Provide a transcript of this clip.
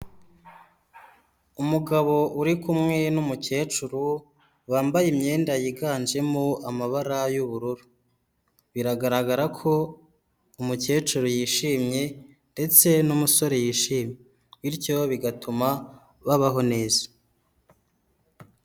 Umugabo uri kumwe n'umukecuru bambaye imyenda yiganjemo amabara y'ubururu. Biragaragara ko umukecuru yishimye ndetse n'umusore yishimye, bityo bigatuma babaho neza.